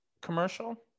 commercial